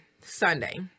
sunday